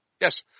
Yes